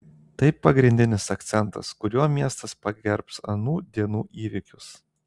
tai pagrindinis akcentas kuriuo miestas pagerbs anų dienų įvykius